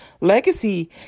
legacy